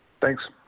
Thanks